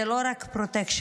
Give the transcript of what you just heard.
זה לא רק פרוטקשן,